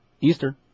Easter